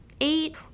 eight